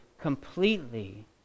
completely